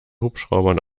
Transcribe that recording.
hubschraubern